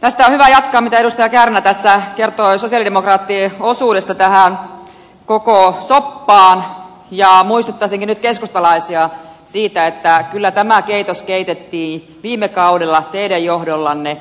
tästä on hyvä jatkaa mitä edustaja kärnä tässä kertoi sosialidemokraattien osuudesta tähän koko soppaan ja muistuttaisinkin nyt keskustalaisia siitä että kyllä tämä keitos keitettiin viime kaudella teidän johdollanne